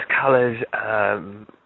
colours